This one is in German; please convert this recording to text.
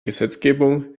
gesetzgebung